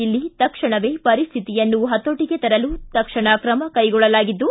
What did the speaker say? ಇಲ್ಲಿ ತಕ್ಷಣವೇ ಪರಿಸ್ವಿತಿಯನ್ನು ಪತೋಟಗೆ ತರಲು ತಕ್ಷಣ ಕ್ರಮ ಕೈಗೊಳ್ಳಲಾಗಿದ್ದು